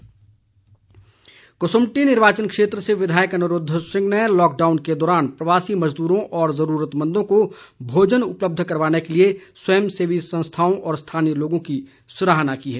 अनिरूद्ध कसुम्पटी निर्वाचन क्षेत्र से विधायक अनिरूद्व सिंह ने लॉकडाउन के दौरान प्रवासी मजदूरों और जरूरतमंदों को भोजन उपलब्ध करवाने के लिए स्वयं सेवी संस्थाओं और स्थानीय लोगों की सराहना की है